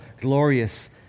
glorious